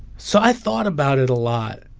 so i thought about it a lot.